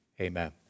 Amen